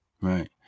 right